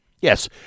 Yes